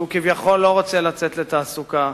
שהוא כביכול לא רוצה לצאת לתעסוקה,